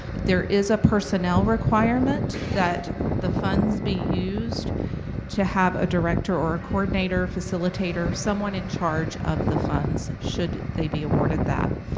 there is a personnel requirement that the funds be used to have a director or coordinator, facilitator, someone in charge of the funds should they be awarded that.